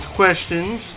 questions